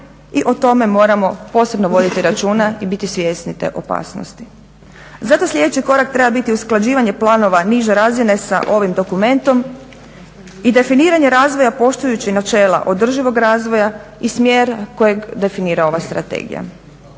i o tome moramo posebno voditi računa i biti svjesni te opasnosti. Zato sljedeći korak treba biti usklađivanje planova niže razine sa ovim dokumentom i definiranje razvoja poštujući načela održivog razvoja i smjera kojeg definira ova strategija.